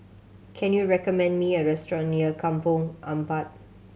can you recommend me a restaurant near Kampong Ampat